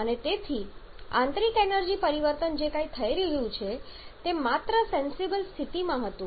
અને તેથી આંતરિક એનર્જી પરિવર્તન જે થઈ રહ્યું હતું તે માત્ર સેંસિબલ સ્થિતિમાં હતું